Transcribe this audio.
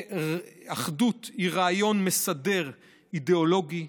אחדות היא רעיון מסדר אידיאולוגי.